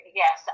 yes